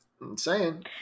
Insane